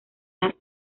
las